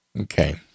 Okay